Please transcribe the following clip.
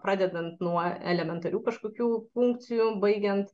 pradedant nuo elementarių kažkokių funkcijų baigiant